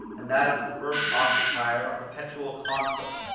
and that of the first occupier a perpetual conflict,